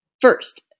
First